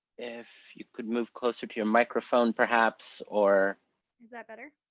if you could move closer to your microphone perhaps, or is that better?